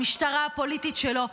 המשטרה הפוליטית שלו.